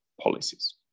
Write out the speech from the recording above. policies